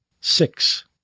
six